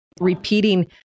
repeating